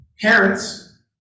parents